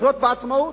לחיות בעצמאות?